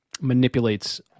manipulates